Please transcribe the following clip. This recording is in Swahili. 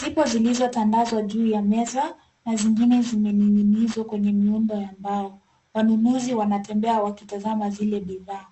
Zipo zilizotandazwa juu ya meza na zingine zimening'inizwa kwenye miundo ya mbao. Wanunuzi wanatembea wakitazama zile bidhaa.